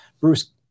Bruce